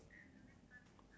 customer